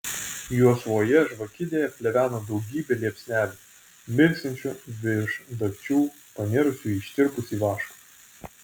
juosvoje žvakidėje pleveno daugybė liepsnelių mirksinčių virš dagčių panirusių į ištirpusį vašką